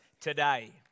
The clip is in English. today